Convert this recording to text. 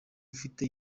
ufite